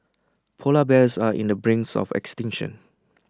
Polar Bears are in the brink of extinction